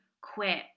quit